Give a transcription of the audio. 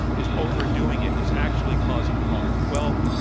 is overdoing it, is actually causing harm? well,